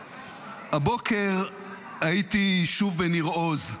הבוקר הייתי שוב בניר עוז.